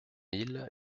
mille